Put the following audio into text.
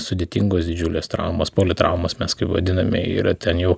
sudėtingos didžiulės traumos politraumos mes kaip vadiname yra ten jau